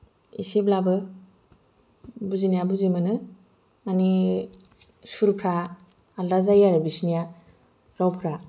इसेब्लाबो बुजिनाया बुजिमोनो माने सुरफ्रा आलादा जायो आरो बिसोरनिया रावफ्रा